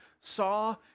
saw